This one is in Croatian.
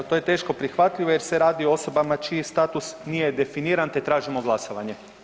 Al to je teško prihvatljivo jer se radi o osobama čiji status nije definiran, te tražimo glasovanje.